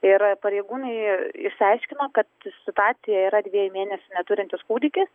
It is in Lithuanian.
ir pareigūnai išsiaiškino kad situacija yra dviejų mėnesių neturintis kūdikis